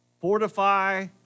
fortify